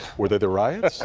whether they riots?